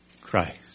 Christ